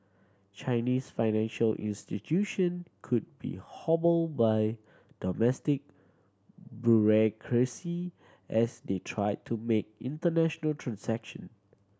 Chinese financial institution could be hobbled by domestic as they try to make international transaction